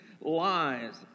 lies